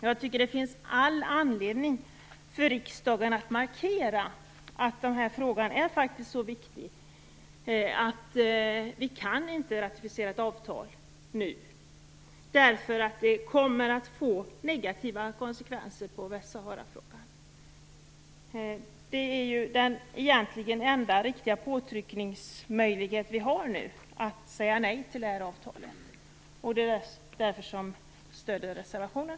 Jag tycker att det finns all anledning för riksdagen att markera att Västsaharafrågan är så viktig att vi inte kan ratificera detta avtal, eftersom det kommer att få negativa konsekvenser för frågan. Att säga nej till avtalet är ju egentligen den enda riktiga påtryckningsmöjlighet vi har nu. Det är därför vi stöder reservationen.